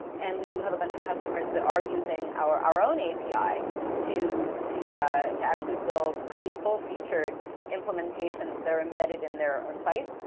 and we do have a bunch of customers that are using our our own api to to actually build pretty full-featured implementations that are embedded in their own site.